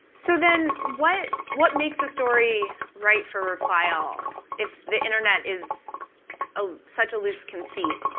so then what what makes a story right for reply all if the internet is ah such a loose conceit.